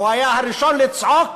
הוא היה הראשון לצעוק